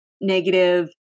negative